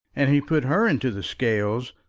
and he put her into the scales,